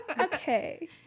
Okay